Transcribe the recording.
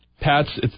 Pats